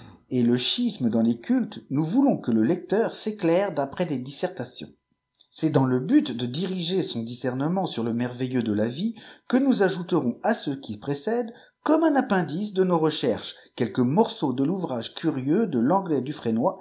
et le schisme dans les cultes nous voulons que le lecteur s'éclaire d'après des dissertations c'est dans le but de diriger son discernement sur le merveilleux de la vie que nous ajouterons à ce qui précède comme un appendice de nos recherches quelques morceaux de l'ouvrage curieux de lenglet dufresnoy